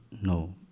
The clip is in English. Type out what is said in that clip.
no